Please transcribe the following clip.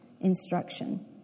instruction